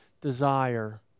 desire